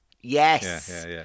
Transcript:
Yes